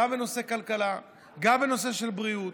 גם בנושא כלכלה, גם בנושא בריאות,